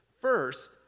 first